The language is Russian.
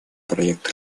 проект